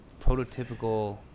prototypical